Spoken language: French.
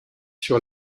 sur